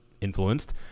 influenced